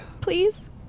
Please